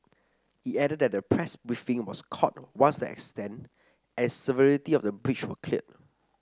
it added that a press briefing was called once the extent and severity of the breach were clear